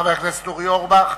חבר הכנסת אורי אורבך,